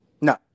No